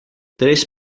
três